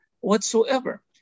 whatsoever